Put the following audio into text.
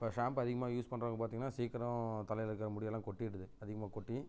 இப்போ ஷாம்பு அதிகமாக யூஸ் பண்ணுறவங்க பார்த்திங்கனா சீக்கிரம் தலையில் இருக்கிற முடியெல்லாம் கொட்டிவிடுது அதிகமாக கொட்டி